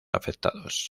afectados